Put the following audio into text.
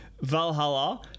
Valhalla